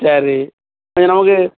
சரி கொஞ்சம் நமக்கு